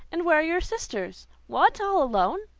and where are your sisters? what! all alone!